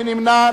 מי נמנע?